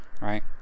right